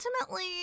ultimately –